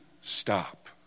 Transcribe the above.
stop